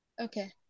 okay